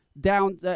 down